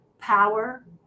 power